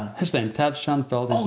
his name, tait shanafelt,